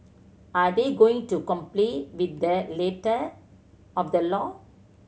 are they going to complete with the letter of the law